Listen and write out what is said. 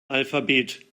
alphabet